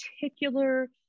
particular